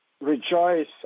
rejoice